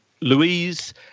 Louise